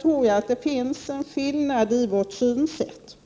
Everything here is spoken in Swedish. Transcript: tror att det här finns en skillnad i våra synsätt.